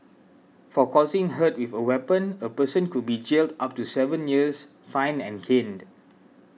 for causing hurt with a weapon a person could be jailed up to seven years fined and caned